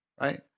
right